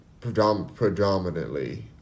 Predominantly